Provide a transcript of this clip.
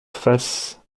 face